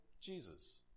Jesus